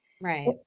Right